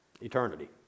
eternity